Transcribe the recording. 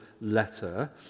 letter